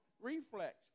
reflex